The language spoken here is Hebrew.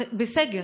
כן, בסגר.